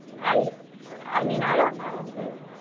i i mean, i don't know.